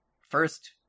First